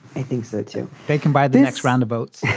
i think so, too. thinking by the next round of votes.